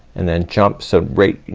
and then jump. so right,